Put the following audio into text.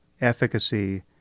efficacy